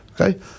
Okay